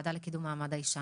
בוועדה לקידום מעמד האישה.